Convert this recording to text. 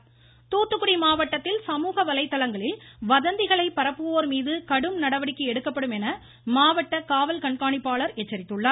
தூத்துக்குடி தூத்துக்குடி மாவட்டத்தில் சமூக வலைதளங்களில் வதந்திகளை பரப்புவோர் மீது கடும் நடவடிக்கை எடுக்கப்படும் என மாவட்ட காவல் கண்காணிப்பாளர் எச்சரித்துள்ளார்